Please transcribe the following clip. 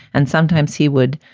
and sometimes he would,